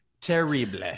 terrible